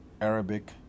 Arabic